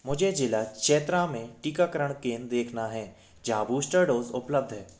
मुझे ज़िला चतरा में टीकाकरण केंद्र देखना है जहाँ बूस्टर डोज़ उपलब्ध है